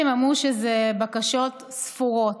כמובן שהם אמרו שזה בקשות ספרות,